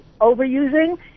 overusing